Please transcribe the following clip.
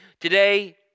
Today